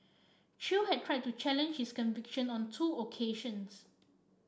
chew had tried to challenge his conviction on two occasions